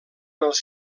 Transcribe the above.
els